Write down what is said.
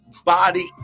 body